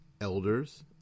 elders